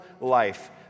life